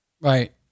Right